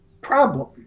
problem